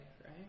Right